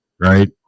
Right